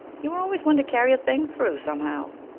you were always one to carry a thing through somehow.